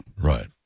Right